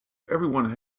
everyone